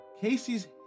Casey's